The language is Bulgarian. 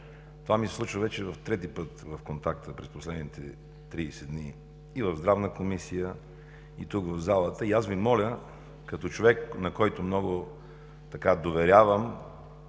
Това ми се случва вече трети път в контакта през последните тридесет дни – и в Здравната комисия, и тук, в залата. Моля Ви, като човек, на когото много се доверявам